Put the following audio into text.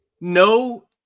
No